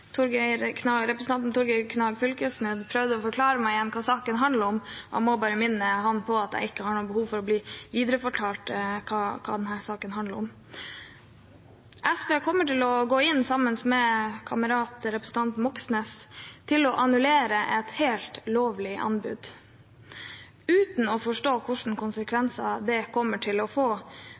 Torgeir Knag Fylkesnes prøvde å forklare meg igjen hva saken handler om. Jeg må bare minne ham på at jeg ikke har noe behov for å bli viderefortalt hva denne saken handler om. SV kommer, sammen med representanten Moxnes, til å gå inn for å annullere et helt lovlig anbud uten å forstå hvilke konsekvenser det kommer til å få